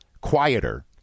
quieter